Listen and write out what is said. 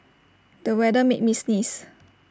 the weather made me sneeze